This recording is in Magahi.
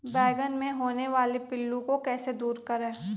बैंगन मे होने वाले पिल्लू को कैसे दूर करें?